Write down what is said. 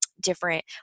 different